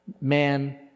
Man